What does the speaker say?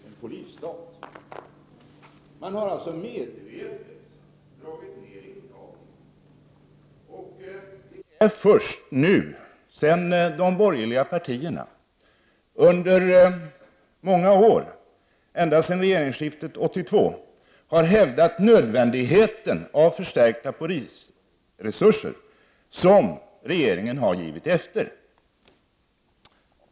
Man har alltså medvetet minskat intagningen. Det är först nu sedan de borgerliga partierna under många år, och egentligen sedan regeringsskiftet 1982, har hävdat nödvändigheten av förstärkta polisresurser som regeringen har givit efter i denna fråga.